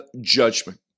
judgment